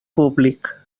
públic